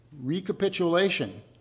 recapitulation